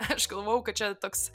aš galvojau kad čia toks